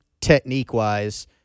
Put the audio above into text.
technique-wise